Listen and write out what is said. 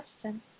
question